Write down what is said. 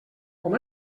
com